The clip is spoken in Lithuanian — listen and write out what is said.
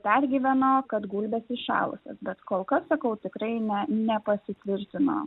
pergyveno kad gulbės įšalusios bet kol kas sakau tikrai ne nepasitvirtino